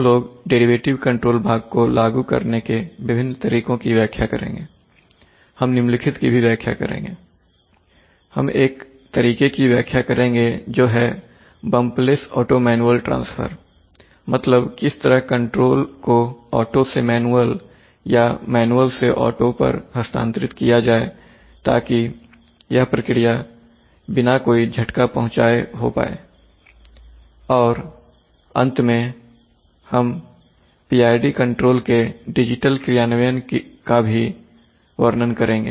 हम लोग derivative control भाग को लागू करने के विभिन्न तरीकों की व्याख्या करेंगे हम निम्नलिखित की भी व्याख्या करेंगे हम एक तरीके की व्याख्या करेंगे जो है बमप्लेस ऑटो मैनुअल ट्रांसफर मतलब किस तरह कंट्रोल को ऑटो से मैनुअल या मैनुअल से ऑटो पर हस्तांतरित किया जाए ताकि यह प्रक्रिया को बिना कोई झटका पहुंचाए हो पाए और अंत में हम PID कंट्रोल के डिजिटल क्रियान्वयन का वर्णन करेंगे